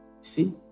See